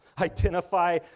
Identify